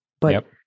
but-